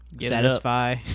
satisfy